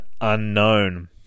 unknown